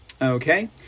Okay